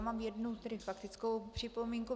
Mám jednu faktickou připomínku.